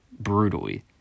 brutally